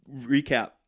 recap